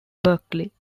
berkeley